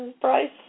Price